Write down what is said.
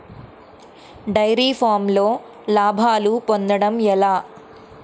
Dairy ఫామ్లో లాభాలు పొందడం ఎలా?